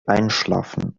einschlafen